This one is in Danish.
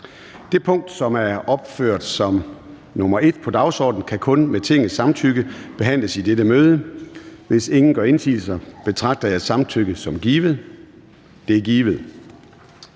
Det punkt, som er opført som nr. 1 på dagsordenen, kan kun med Tingets samtykke behandles i dette møde. Hvis ingen gør indsigelser, betragter jeg samtykket som givet. Det er givet.